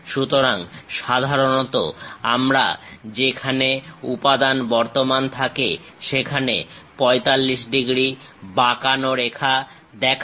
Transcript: সুতরাং সাধারণত আমরা যেখানে উপাদান বর্তমান থাকে সেখানে 45 ডিগ্রী বাঁকানো রেখা দেখাই